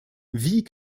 wie